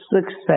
success